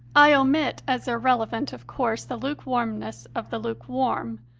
i omit as irrelevant, of course, the lukewarmness of the lukewarm,